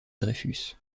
dreyfus